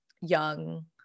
young